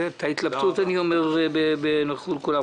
את ההתלבטות אני אומר בנוכחות כולם.